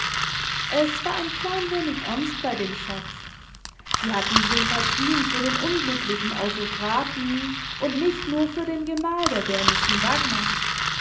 es war ein klein wenig ernst bei dem scherz sie hatten sympathieen für den unglücklichen autokraten und nicht nur für den gemahl der dänischen dagmar